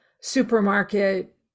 supermarket